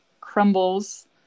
crumbles